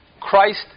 Christ